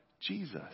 Jesus